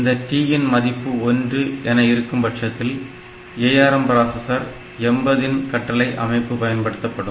இந்த T இன் மதிப்பு ஒன்று T1 என இருக்கும்பட்சத்தில் ARM பிராசஸர் 80 இன் கட்டளை அமைப்பு பயன்படுத்தப்படும்